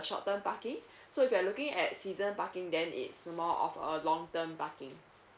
short term parking so if you're looking at season parking then it's more of a long term parking